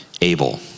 Abel